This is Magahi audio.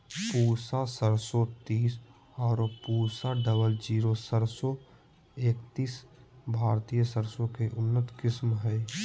पूसा सरसों तीस आरो पूसा डबल जीरो सरसों एकतीस भारतीय सरसों के उन्नत किस्म हय